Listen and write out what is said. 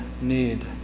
need